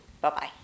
Bye-bye